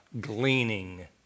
gleaning